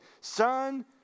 Son